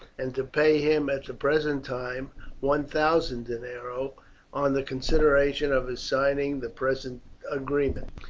and to pay him at the present time one thousand denarii on the consideration of his signing the present agreement,